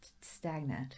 stagnant